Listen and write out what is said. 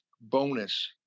bonus